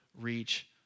reach